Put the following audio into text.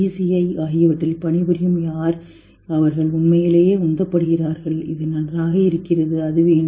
ஐ ஆகியவற்றில் பணிபுரியும் யார் அவர்கள் உண்மையிலேயே உந்தப்படுகிறார்கள் இது நன்றாக இருக்கிறது அது வேண்டுமா